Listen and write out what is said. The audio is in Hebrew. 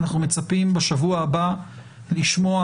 אנחנו מצפים בשבוע הבא לשמוע